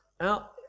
Now